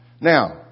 Now